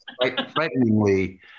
frighteningly